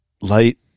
light